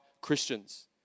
Christians